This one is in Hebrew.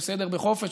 בחופש,